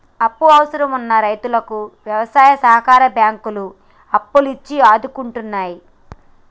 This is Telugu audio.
అప్పు అవసరం వున్న రైతుకు వ్యవసాయ సహకార బ్యాంకులు అప్పులు ఇచ్చి ఆదుకుంటున్నాయి